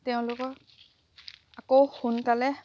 তেওঁলোকক আকৌ সোনকালে